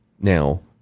Now